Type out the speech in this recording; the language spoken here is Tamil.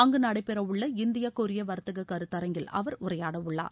அங்கு நடைபெறவுள்ள இந்தியா கொரியா வர்த்தக கருத்தரங்கில் அவர் உரையாடவுள்ளார்